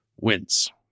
Wins